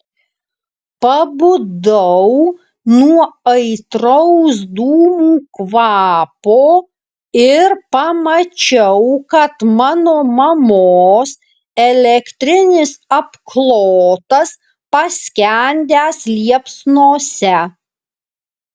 pabudau nuo aitraus dūmų kvapo ir pamačiau kad mano mamos elektrinis apklotas paskendęs liepsnose